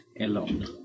alone